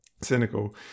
cynical